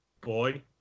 Boy